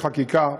בחקיקה.